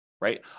right